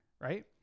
right